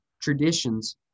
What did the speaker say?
traditions